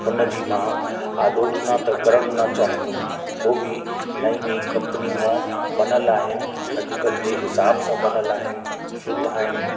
उनजी मां आलोचना त करण न चाहिंदुमि उहो बि नई नई कंपनी मां बनल आहिनि अजुकल्ह जे हिसाब सां बनल आहिनि शुद्ध आहिनि